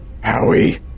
Howie